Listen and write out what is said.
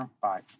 bye